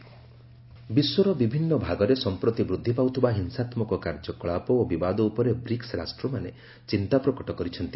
India BRICS ବିଶ୍ୱର ବିଭିନ୍ନ ଭାଗରେ ସଂପ୍ରତି ବୃଦ୍ଧି ପାଉଥିବା ହିଂସାତ୍ମକ କାର୍ଯ୍ୟକଳାପ ଓ ବିବାଦ ଉପରେ ବ୍ରିକ୍ସ ରାଷ୍ଟ୍ରମାନେ ଚିନ୍ତା ପ୍ରକଟ କରିଛନ୍ତି